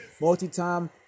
Multi-time